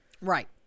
right